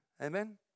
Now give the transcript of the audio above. Amen